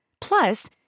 Plus